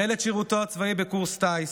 הוא החל את שירותו הצבאי בקורס טיס.